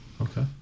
Okay